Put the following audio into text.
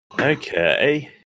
Okay